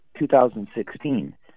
2016